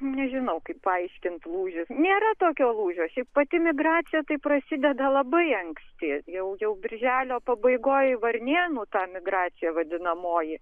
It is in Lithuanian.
nežinau kaip paaiškint lūžis nėra tokio lūžio šiaip pati migracija tai prasideda labai anksti jau jau birželio pabaigoj varnėnų ta migracija vadinamoji